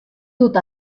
dut